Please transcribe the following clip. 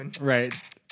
Right